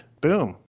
Boom